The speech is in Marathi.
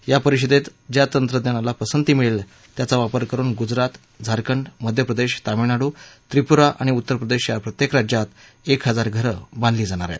या परिषदेत ज्या तंत्रज्ञनाला पसंती मिळेल त्याचा वापर करुन गुजरात झारखंड मध्यप्रदेश तमिळनाडू त्रिपुरा आणि उत्तरप्रदेश या प्रत्येक राज्यात एक हजार घरं बांधली जाणार आहेत